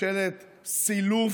ממשלת סילוף,